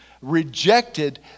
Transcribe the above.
rejected